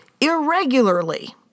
irregularly